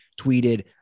tweeted